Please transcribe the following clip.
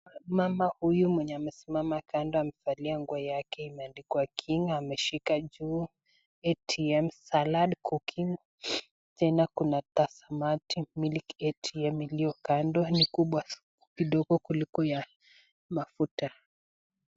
Mama huyu mwenye amesimama kando amevalia nguo yake imeadikwa king , ameshika juu atm salad cooking tena kuna tazamati milk atm iliyo kando, ni kubwa kidogo kuliko ya matuta.